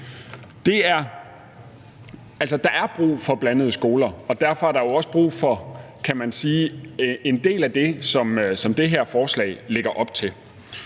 Der er brug for blandede skoler, og derfor er der også brug for en del af det, som det her forslag lægger op til.